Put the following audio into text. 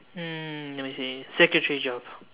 hmm let me see secretary job